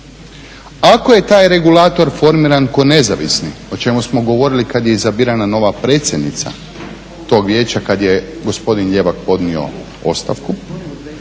Ako je taj regulator formiran kao nezavisni, o čemu smo govorili kad je izabirana nova predsjednica tog Vijeća, kad je gospodin Ljevak podnio ostavku.